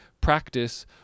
practice